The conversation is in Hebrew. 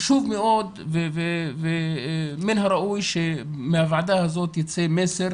חשוב מאוד ומן הראוי שמהוועדה הזאת ייצא מסר